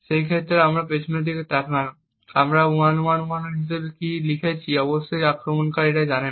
এই ক্ষেত্রে আপনি যদি পিছনে তাকান আমরা 1111 হিসাবে কী অনুমান করেছি অবশ্যই আক্রমণকারী জানে না